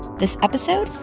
this episode,